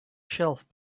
shelf